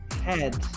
head